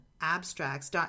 abstracts